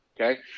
Okay